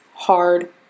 hard